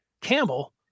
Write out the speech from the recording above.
Campbell